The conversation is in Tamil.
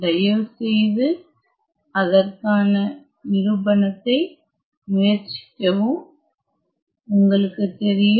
தயவுசெய்து அதற்கான நிரூபணத்தை முயற்சிக்கவும் உங்களுக்குத் தெரியும்